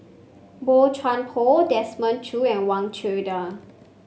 Boey Chuan Poh Desmond Choo and Wang Chunde